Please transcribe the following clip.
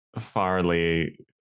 Farley